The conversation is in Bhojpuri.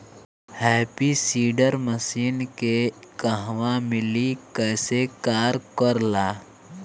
हैप्पी सीडर मसीन के कहवा मिली कैसे कार कर ला?